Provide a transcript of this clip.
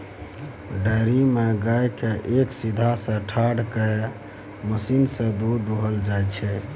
dairy मे गाय केँ एक सीधहा सँ ठाढ़ कए मशीन सँ दुध दुहल जाइ छै